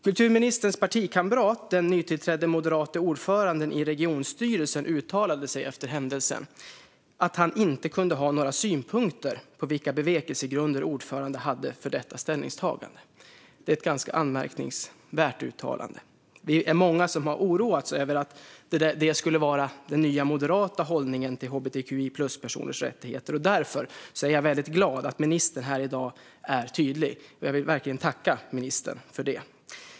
Kulturministerns partikamrat, den nytillträdde moderate ordföranden i regionstyrelsen, uttalade efter händelsen att han inte kunde ha några synpunkter på vilka bevekelsegrunder som ordföranden hade för detta ställningstagande. Det är ett ganska anmärkningsvärt uttalande. Vi är många som har oroats över att det skulle vara den nya moderata hållningen till hbtqi-plus-personers rättigheter. Därför är jag väldigt glad över att ministern här i dag är tydlig, och jag vill verkligen tacka ministern för det.